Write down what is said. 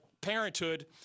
parenthood